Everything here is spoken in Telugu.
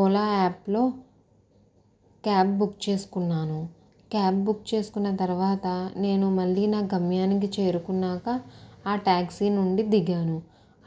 ఓలా యాప్లో క్యాబ్ బుక్ చేసుకున్నాను క్యాబ్ బుక్ చేసుకున్న తర్వాత నేను మళ్ళీ నాకు గమ్యానికి చేరుకున్నాక ఆ ట్యాక్సీ నుండి దిగాను